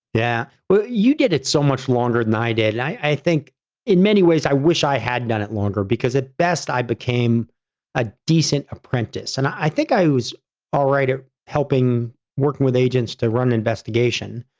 yeah. well, you did it so much longer than i did. and i i think in many ways, i wish i had done it longer because at best, i became a decent apprentice, and i think i was alright at helping working with agents to run investigation.